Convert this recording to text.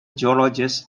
geologists